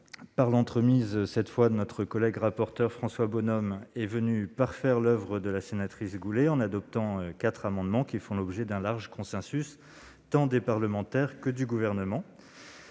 par l'entremise de notre collègue rapporteur, François Bonhomme, est venue parfaire l'oeuvre de la sénatrice Nathalie Goulet en adoptant quatre amendements qui font l'objet d'un large consensus, du côté tant des parlementaires que du Gouvernement.